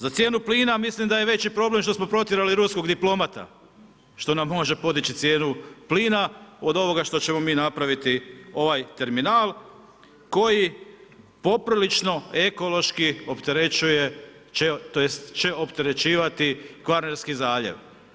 Za cijenu plina mislim da je veći problem što smo potjerali ruskog diplomata, što nam može podići cijenu plina, od ovoga što ćemo mi napraviti ovaj terminal, koji poprilično, ekološki opterećuje, tj. će opterećivati Kvarnerski zaljev.